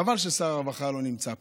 חבל ששר הרווחה לא נמצא פה,